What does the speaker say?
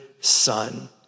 son